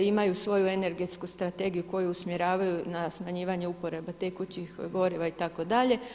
Imaju svoju Energetsku strategiju koju usmjeravaju na smanjivanje uporabe tekućih goriva itd.